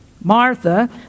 Martha